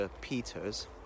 Peters